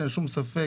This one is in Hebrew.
אין שום ספק.